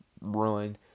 run